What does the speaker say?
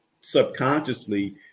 subconsciously